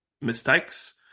Mistakes